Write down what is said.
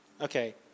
okay